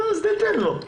תן לו לסיים.